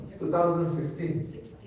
2016